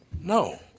No